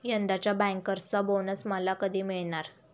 यंदाच्या बँकर्सचा बोनस मला कधी मिळणार?